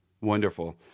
Wonderful